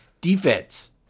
Defense